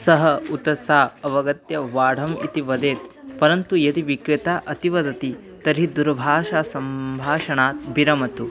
सः उत सा अवगत्य बाढम् इति वदेत् परन्तु यदि विक्रेता अतिवदति तर्हि दूरभाषासम्भाषणात् विरमतु